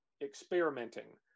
experimenting